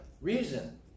reason